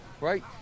right